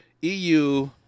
EU